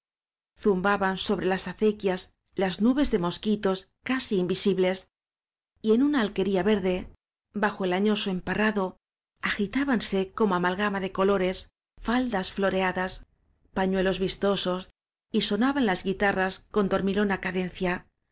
zumbaban sobre las acequias las nubes de mosquitos casi invisibles y en una alquería verde bajo el añoso emparrado agitábanse como amalgama de colores faldas floreadas pañuelos vistosos y sonaban las guitarras con dormilona